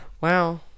Wow